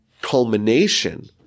culmination